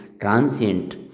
transient